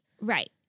Right